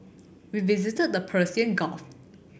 we visited the Persian Gulf